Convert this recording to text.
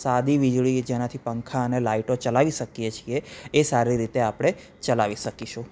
સાદી વીજળી જેનાથી પંખા અને લાઇટો ચલાવી શકીએ છીએ એ સારી રીતે આપણે ચલાવી શકીશું